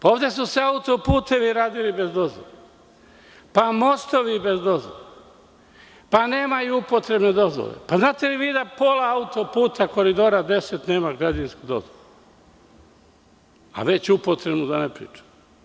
Ovde su se auto-putevi radili bez dozvola, pa mostovi, pa nemaju upotrebne dozvole, a znate li vi da pola auto-puta Koridora 10 nema građevinsku dozvolu, a o upotrebnoj da ne pričam?